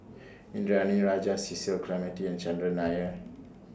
Indranee Rajah Cecil Clementi and Chandran Nair